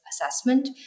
assessment